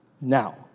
Now